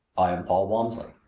i am paul walmsley.